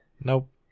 Nope